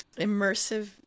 immersive